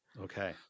Okay